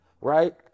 right